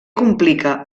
complica